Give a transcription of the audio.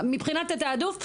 מבחינת התיעדוף,